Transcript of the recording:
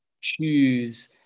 choose